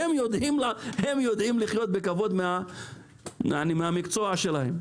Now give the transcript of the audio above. הם יודעים לחיות בכבוד מהמקצוע שלהם.